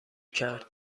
کرد